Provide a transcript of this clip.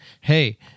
hey